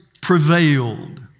prevailed